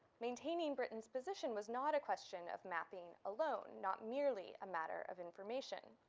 maintaining britain's position was not a question of mapping alone, not merely a matter of information.